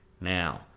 Now